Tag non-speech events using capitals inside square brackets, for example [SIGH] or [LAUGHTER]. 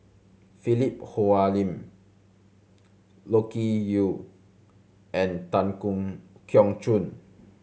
Philip Hoalim Loke Yew and Tan [UNINTELLIGIBLE] Keong Choon